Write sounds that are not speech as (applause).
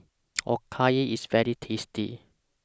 (noise) Okayu IS very tasty